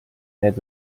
need